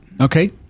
Okay